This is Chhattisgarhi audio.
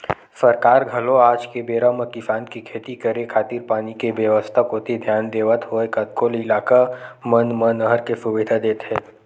सरकार घलो आज के बेरा म किसान के खेती करे खातिर पानी के बेवस्था कोती धियान देवत होय कतको इलाका मन म नहर के सुबिधा देत हे